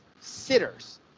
sitters